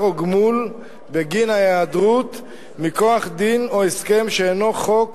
או גמול בגין ההיעדרות מכוח דין או הסכם שאינו חוק